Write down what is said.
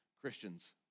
Christians